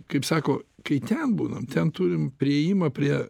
kaip sako kai ten būnam ten turim priėjimą prie